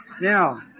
Now